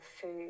food